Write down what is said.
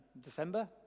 December